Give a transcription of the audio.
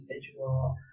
individual